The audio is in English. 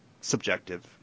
subjective